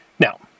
Now